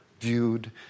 viewed